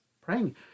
praying